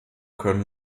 können